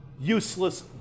useless